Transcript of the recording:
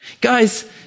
Guys